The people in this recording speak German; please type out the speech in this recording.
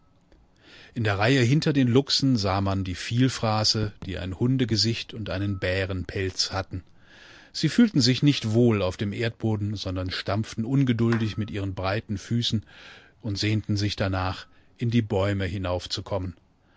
in der reihe hinter den luchsen sah man die vielfraße die ein hundegesicht und einen bärenpelz hatten sie fühlten sich nichtwohlaufdemerdboden sondernstampftenungeduldigmitihrenbreiten füßen und sehnten sich danach in die bäume hinaufzukommen